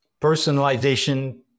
personalization